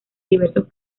diversos